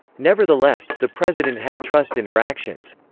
nevertheless, the president had trust in her actions.